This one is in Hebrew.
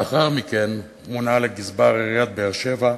לאחר מכן מונה לגזבר עיריית באר-שבע,